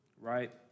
right